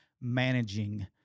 managing